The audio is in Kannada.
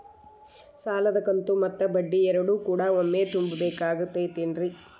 ಸಾಲದ ಕಂತು ಮತ್ತ ಬಡ್ಡಿ ಎರಡು ಕೂಡ ಒಮ್ಮೆ ತುಂಬ ಬೇಕಾಗ್ ತೈತೇನ್ರಿ?